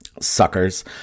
Suckers